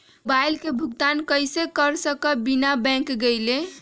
Mobile के भुगतान कईसे कर सकब बिना बैंक गईले?